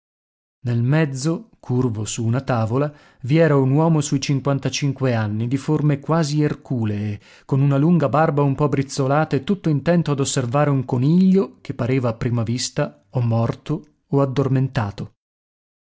nel mezzo curvo su una tavola vi era un uomo sui cinquantacinque anni di forme quasi erculee con una lunga barba un po brizzolata e tutto intento ad osservare un coniglio che pareva a prima vista o morto o addormentato